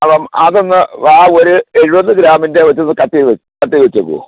അപ്പം അതൊന്ന് ആ ഒരു എഴുപത് ഗ്രാമിൻ്റെ വച്ചൊന്ന് കട്ട് ചെയ്ത് കട്ട് ചെയ്ത് വച്ചേക്കുമോ